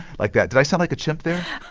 like that. did i sound like a chimp there?